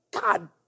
God